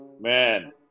man